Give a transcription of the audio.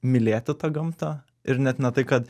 mylėti tą gamtą ir net ne tai kad